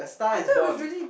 I thought it was really